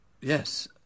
Yes